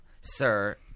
Sir